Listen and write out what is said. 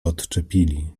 odczepili